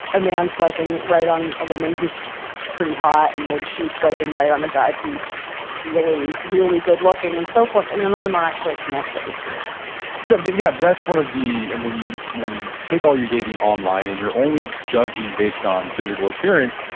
a man swiping right on a woman who's pretty hot and then she's swiping right on a guy who's really, really good looking and so forth. and none of them are actually connecting so but yeah. that's one of the, when you when you take all your dating online and you're only judging based on physical appearance,